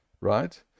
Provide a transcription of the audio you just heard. right